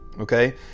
okay